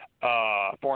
foreign